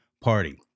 Party